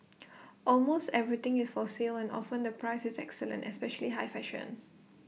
almost everything is for sale and often the price is excellent especially high fashion